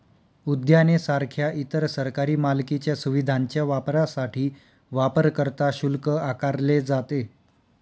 उद्याने सारख्या इतर सरकारी मालकीच्या सुविधांच्या वापरासाठी वापरकर्ता शुल्क आकारले जाते